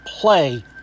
play